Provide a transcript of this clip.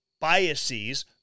Biases